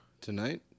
Tonight